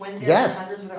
Yes